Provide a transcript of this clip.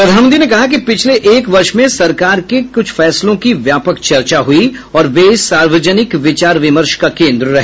प्रधानमंत्री ने कहा कि पिछले एक वर्ष में सरकार के कुछ फैसलों की व्यापक चर्चा हुई और वे सार्वजनिक विचार विमर्श का केन्द्र रहे